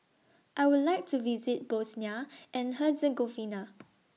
I Would like to visit Bosnia and Herzegovina